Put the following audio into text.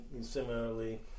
similarly